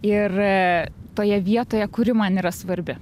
ir toje vietoje kuri man yra svarbi